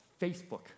Facebook